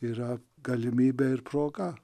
yra galimybė ir proga